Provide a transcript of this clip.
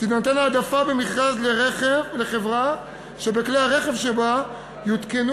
תינתן העדפה במכרז לחברה שבכלי הרכב שלה יותקנו